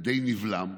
ודי נבלם,